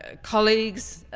ah colleagues,